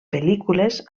pel·lícules